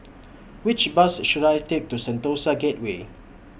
Which Bus should I Take to Sentosa Gateway